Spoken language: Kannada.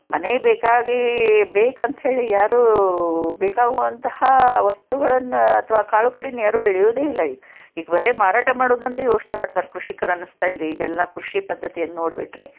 ಮನೆಗೆ ಬೇಕಾಗಿ ಬೇಕಂತ್ಹೇಳಿ ಯಾರೂ ಬೇಕಾಗುವಂತಹ ವಸ್ತುಗಳನ್ನು ಅಥವಾ ಕಾಳು ಕಡಿಯನ್ನ ಯಾರೂ ಬೆಳಿಯೋದೆಯಿಲ್ಲ ಈಗ ಬರೇ ಮಾರಾಟ ಮಾಡೋದೊಂದೇ ಯೋಚನೆ ಮಾಡ್ತಾರೆ ಕೃಷಿಕರು ಅನಿಸ್ತಾಯಿದೆ ಈಗ ಎಲ್ಲ ಕೃಷಿ ಪದ್ಧತಿಯನ್ನು ನೋಡ್ಬಿಟ್ರೆ